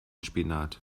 spinat